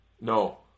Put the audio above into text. No